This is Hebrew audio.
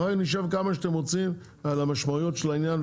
נשב כמה שאתם רוצים על המשמעויות של העניין,